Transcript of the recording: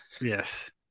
Yes